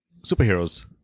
superheroes